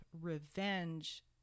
revenge